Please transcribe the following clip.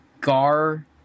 Gar